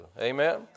Amen